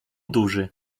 duży